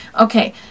okay